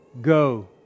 go